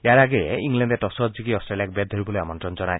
ইয়াৰ আগে ইংলেণ্ডে টছত জিকি অট্টেলিয়াক বেট ধৰিবলৈ আমন্ত্ৰণ জনায়